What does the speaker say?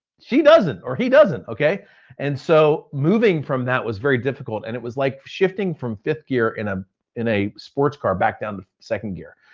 she doesn't or he doesn't. and so, moving from that was very difficult and it was like shifting from fifth gear in ah in a sports car back down to second gear.